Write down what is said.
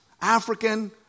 African